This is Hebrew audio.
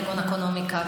כגון אקונומיקה,